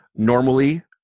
Normally